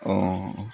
অঁ